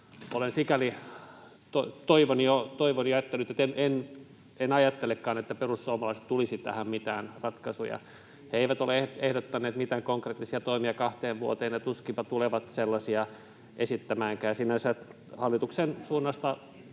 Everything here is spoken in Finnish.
olen sikäli toivoni jo jättänyt, että en ajattelekaan, että perussuomalaisilta tulisi tähän mitään ratkaisuja. He eivät ole ehdottaneet mitään konkreettisia toimia kahteen vuoteen ja tuskinpa tulevat sellaisia esittämäänkään.